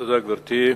תודה, גברתי.